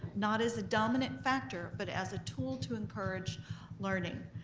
not as a dominant factor, but as a tool to encourage learning.